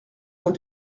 ont